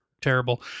terrible